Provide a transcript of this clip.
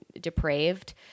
depraved